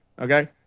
Okay